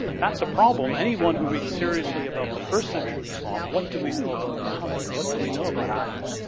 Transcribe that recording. that's a problem anyone who reads seriously about the first century of islam, what do we know about mohammed, what do we know about aadi?